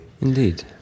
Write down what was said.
indeed